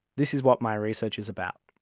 this is what my research is about.